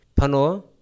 pano